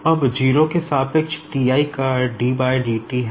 अब 0 के सापेक्ष T i का ddt है